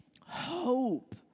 hope